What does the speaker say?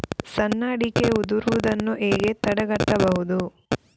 ಸಣ್ಣ ಅಡಿಕೆ ಉದುರುದನ್ನು ಹೇಗೆ ತಡೆಗಟ್ಟಬಹುದು?